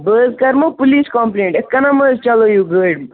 بہٕ حظ کَرمو پُلیٖس کَمپٕلینٛٹ یِتھ کٔنۍ مہٕ حظ چَلٲیِو گٲڑۍ